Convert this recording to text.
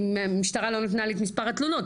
המשטרה לא נתנה לי את מספר התלונות,